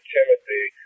Timothy